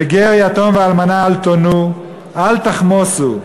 וגר יתום ואלמנה אל תֹנו אל תחמֹסו,